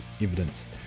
evidence